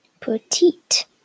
petite